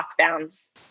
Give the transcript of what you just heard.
lockdowns